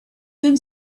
then